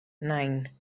nine